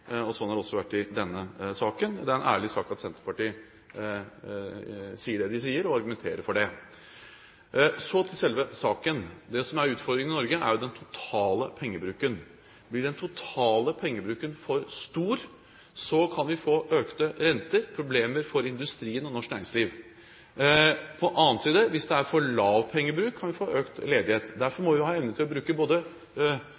og slik har det også vært i denne saken. Det er en ærlig sak at Senterpartiet sier det de sier, og argumenterer for det. Så til selve saken. Det som er utfordringen i Norge, er den totale pengebruken. Blir den totale pengebruken for stor, kan vi få økte renter, problemer i industrien og i norsk næringsliv. På den annen side, hvis det er for lav pengebruk, kan vi få økt ledighet. Derfor